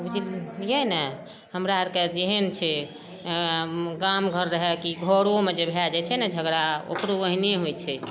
ओहि दिन छलियै ने हमरा आरके जेहेन छै गाम घर रहए की घरोमे जे भए जाइ छै ने झगड़ा ओकरो ओहने होइ छै